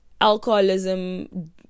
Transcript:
alcoholism